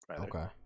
Okay